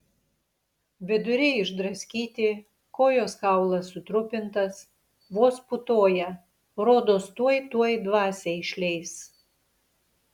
viduriai išdraskyti kojos kaulas sutrupintas vos pūtuoja rodos tuoj tuoj dvasią išleis